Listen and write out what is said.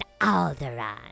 Alderaan